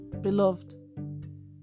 Beloved